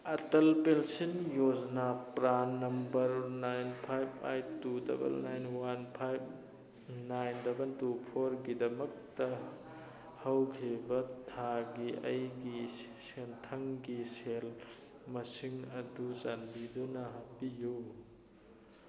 Atal pension ꯌꯣꯖꯅꯥ PRAN number nine five eight two double nine one five nine double two ꯐꯣꯔꯒꯤꯗꯃꯛꯇ ꯍꯧꯈꯤꯕ ꯊꯥꯒꯤ ꯑꯩꯒꯤ ꯁꯦꯟꯊꯪꯒꯤ ꯁꯦꯜ ꯃꯁꯤꯡ ꯑꯗꯨ ꯆꯥꯟꯕꯤꯗꯨꯅ ꯎꯠꯄꯤꯌꯨ